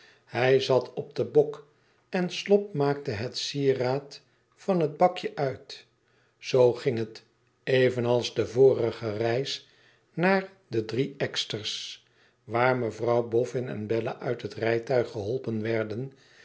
hij zat op den bok en slop maakte het sieraad van het bakje uit zoo ging het evenals de vorige reis naar de drie eksters waar mevrouw boffin en bella uit het rijtuig geholpen werdenen